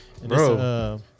bro